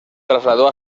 trasladó